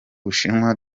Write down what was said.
bushinwa